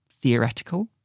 theoretical